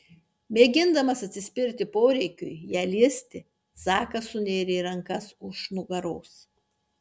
mėgindamas atsispirti poreikiui ją liesti zakas sunėrė rankas už nugaros